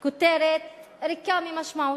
כותרת ריקה ממשמעות,